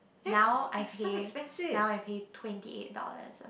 now I pay now I pay twenty eight dollars eh